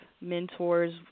mentors